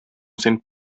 sind